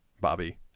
Bobby